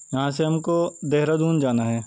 یہاں سے ہم کو دہرادون جانا ہے